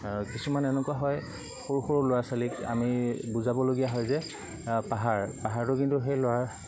কিছুমান এনেকুৱা হয় সৰু সৰু ল'ৰা ছোৱালীক আমি বুজাবলগীয়া হয় যে পাহাৰ পাহাৰটো কিন্তু সেই ল'ৰাৰ